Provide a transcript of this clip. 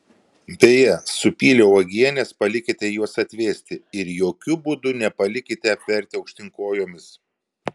beje supylę uogienes palikite juos atvėsti ir jokiu būdu nepalikite apvertę aukštyn kojomis